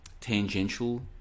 tangential